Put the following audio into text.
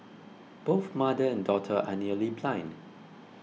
both mother and daughter are nearly blind